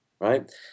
Right